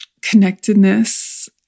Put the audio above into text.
connectedness